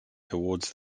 towards